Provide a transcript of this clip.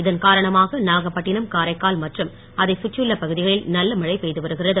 இதன் காரணமாக நாகப்பட்டினம் காரைக்கால் மற்றம் அதை சுற்றியுள்ள பகுதிகளில் நல்ல மழை பெய்து வருகிறது